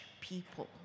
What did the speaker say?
people